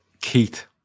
Keith